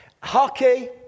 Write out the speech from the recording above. Hockey